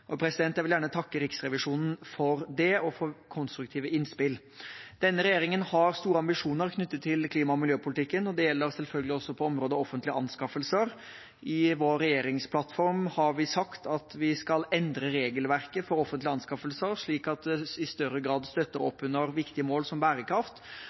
Jeg vil gjerne takke Riksrevisjonen for det og for konstruktive innspill. Denne regjeringen har store ambisjoner knyttet til klima- og miljøpolitikken, og det gjelder selvfølgelig også på området offentlige anskaffelser. I vår regjeringsplattform har vi sagt at vi skal endre regelverket for offentlige anskaffelser slik at det i større grad støtter opp under viktige mål som bærekraft,